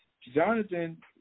Jonathan